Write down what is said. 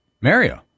Mario